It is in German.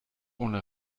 ohne